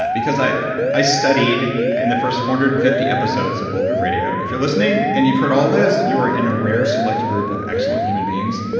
but because i i studied, in the first four hundred and fifty episodes of bulletproof radio. if you're listening and you've heard all of those, you are in a rare select group of select and human beings.